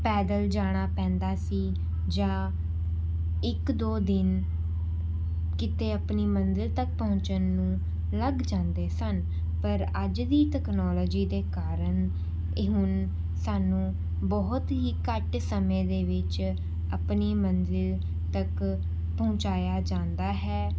ਪੈਦਲ ਜਾਣਾ ਪੈਂਦਾ ਸੀ ਜਾਂ ਇੱਕ ਦੋ ਦਿਨ ਕਿਤੇ ਆਪਣੀ ਮੰਜ਼ਿਲ ਤੱਕ ਪਹੁੰਚਣ ਨੂੰ ਲੱਗ ਜਾਂਦੇ ਸਨ ਪਰ ਅੱਜ ਦੀ ਟੈਕਨੋਲੋਜੀ ਦੇ ਕਾਰਨ ਇਹ ਹੁਣ ਸਾਨੂੰ ਬਹੁਤ ਹੀ ਘੱਟ ਸਮੇਂ ਦੇ ਵਿੱਚ ਆਪਣੀ ਮੰਜ਼ਿਲ ਤੱਕ ਪਹੁੰਚਾਇਆ ਜਾਂਦਾ ਹੈ